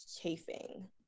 chafing